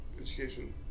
education